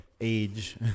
age